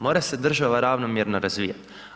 Mora se država ravnomjerno razvijati.